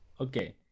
okay